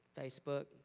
Facebook